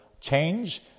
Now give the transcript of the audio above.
change